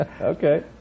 Okay